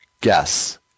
guess